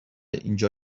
اینجا